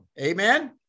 amen